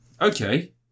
Okay